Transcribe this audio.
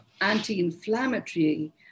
anti-inflammatory